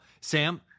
Sam